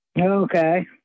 Okay